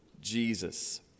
Jesus